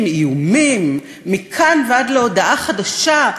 עם איומים מכאן ועד להודעה חדשה,